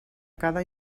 cada